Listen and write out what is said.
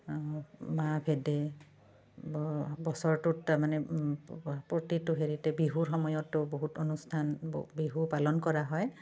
মাহভেদে ব বছৰটোত তাৰমানে প্ৰতিটো হেৰিতে বিহুৰ সময়তো বহুত অনুষ্ঠান ব বিহু পালন কৰা হয়